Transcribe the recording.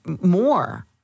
more